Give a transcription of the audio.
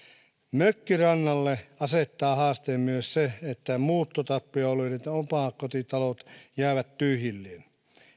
mökkikannalle asettaa haasteen myös se että muuttotappioalueiden omakotitalot jäävät tyhjilleen